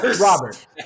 Robert